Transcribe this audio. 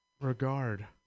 regard